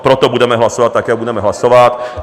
Proto budeme hlasovat tak, jak budeme hlasovat.